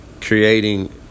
creating